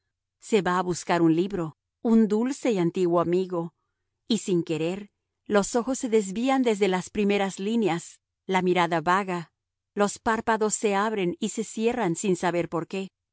se va a buscar un libro un dulce y antiguo amigo y sin querer los ojos se desvían desde las primeras líneas la mirada vaga los párpados se abren y se cierran sin saber por qué